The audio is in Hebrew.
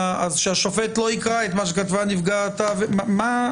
שהשופט לא יקרא את מה שכתבה נפגעת --- ברשותך,